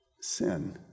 sin